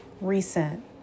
recent